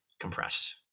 compress